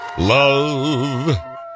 love